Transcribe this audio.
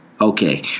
okay